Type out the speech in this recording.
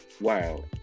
wow